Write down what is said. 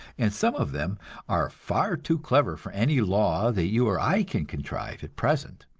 and some of them are far too clever for any law that you or i can contrive at present.